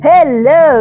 Hello